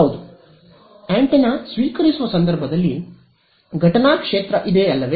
ಹೌದು ಆಂಟೆನಾ ಸ್ವೀಕರಿಸುವ ಸಂದರ್ಭದಲ್ಲಿ ಘಟನಾ ಕ್ಷೇತ್ರ ಇದೆ ಅಲ್ಲವೇ